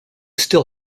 still